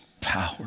power